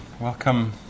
Welcome